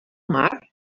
mar